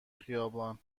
خیابان